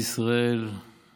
ישראל